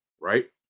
right